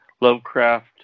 Lovecraft